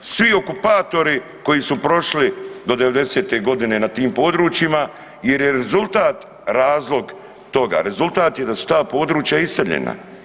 svi okupatori koji su prošli do '90.-te godine na tim područjima jer je rezultat razlog toga, rezultat je da su ta područja iseljena.